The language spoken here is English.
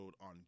on